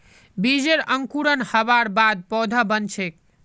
बीजेर अंकुरण हबार बाद पौधा बन छेक